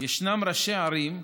ישנם ראשי ערים,